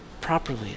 properly